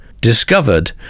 discovered